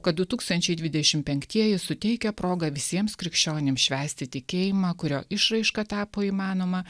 kad du tūkstančiai dvidešimt penktieji suteikia progą visiems krikščionims švęsti tikėjimą kurio išraiška tapo įmanoma